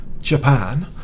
Japan